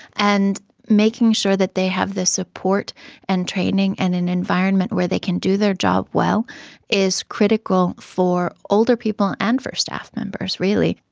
and making sure that they have the support and training and an environment where they can do their job well is critical for older people and for staff members really.